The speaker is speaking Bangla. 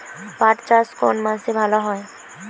পাট চাষ কোন মাসে ভালো হয়?